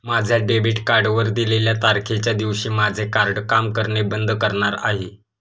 माझ्या डेबिट कार्डवर दिलेल्या तारखेच्या दिवशी माझे कार्ड काम करणे बंद करणार आहे